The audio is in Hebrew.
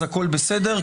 אז הכול בסדר.